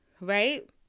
right